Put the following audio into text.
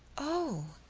o,